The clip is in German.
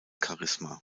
charisma